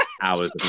hours